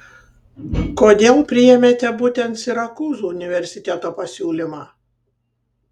kodėl priėmėte būtent sirakūzų universiteto pasiūlymą